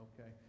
okay